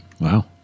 Wow